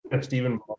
Stephen